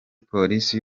polisi